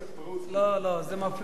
זה מפריע לחבר הכנסת טיבי.